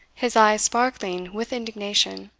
his eyes sparkling with indignation.